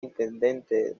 intendente